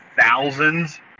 thousands